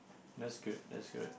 that's good that's good